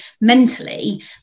mentally